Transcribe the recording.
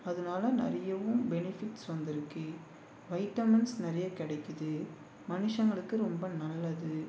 அதனால நிறையவும் பெனிஃபிட்ஸ் வந்திருக்கு வைட்டமின்ஸ் நிறைய கிடைக்கிது மனுஷங்களுக்கு ரொம்ப நல்லது